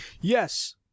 Yes